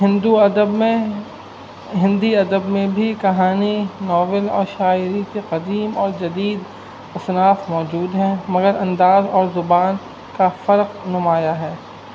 ہندو ادب میں ہندی ادب میں بھی کہانی ناول اور شاعری کے قظیم اور جدید اثناات موجود ہیں مگر انداز اور زبان کا فرق نمایاں ہے